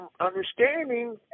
understanding